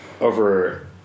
over